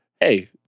hey